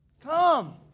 Come